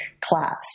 class